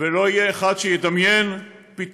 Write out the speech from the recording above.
ולא יהיה אחד שידמיין פתאום